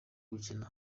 gukena